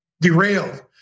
derailed